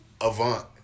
Avant